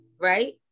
Right